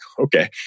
Okay